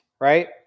right